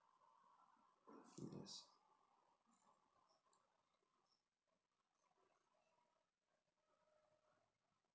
yes